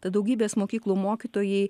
tad daugybės mokyklų mokytojai